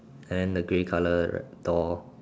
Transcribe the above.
and the grey colour door